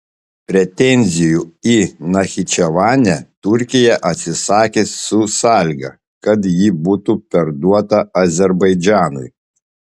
pretenzijų į nachičevanę turkija atsisakė su sąlyga kad ji būtų perduota azerbaidžanui